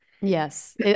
Yes